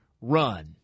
run